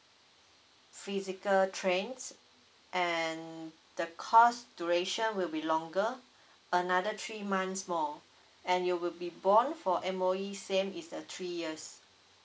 physical trains and the course duration will be longer another three months more and you will be borne for M_O_E same is the three years